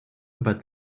aber